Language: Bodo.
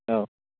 औ